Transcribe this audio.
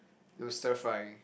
you know stir frying